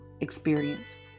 experience